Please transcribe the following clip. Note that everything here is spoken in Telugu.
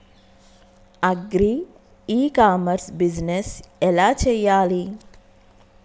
అగ్రి ఇ కామర్స్ బిజినెస్ ఎలా చెయ్యాలి?